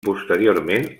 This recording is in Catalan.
posteriorment